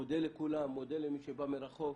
מודה לכולם, מודה למי שבא מרחוק.